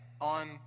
on